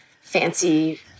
fancy